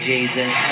Jesus